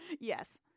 Yes